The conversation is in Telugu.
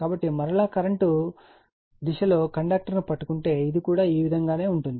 కాబట్టి మరలా కరెంట్ దిశలో కండక్టర్ను పట్టుకంటే ఇది కూడా ఈ విధంగా ఉంటుంది